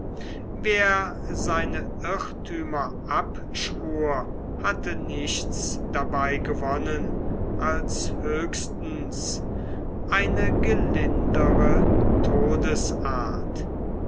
wer seine irrthümer abschwur hatte nichts dabei gewonnen als höchstens eine gelindere